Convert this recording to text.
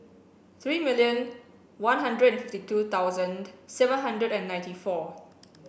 three million one hundred fifty two thousand seven hundred and ninety four